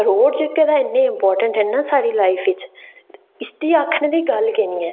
road जेह्के ते इन्ने इम्पार्टैंट ऐ ना साढ़ी लाइफ बिच इसदी आखने दी गल्ल गै निं ऐ